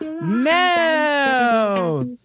Mouth